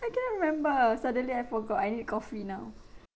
I cannot remember suddenly I forgot I need coffee now